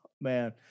Man